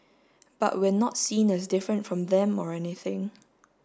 but we're not seen as different from them or anything